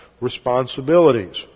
responsibilities